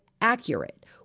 accurate